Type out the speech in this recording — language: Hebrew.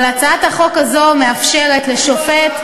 אבל הצעת החוק הזו מאפשרת לשופט,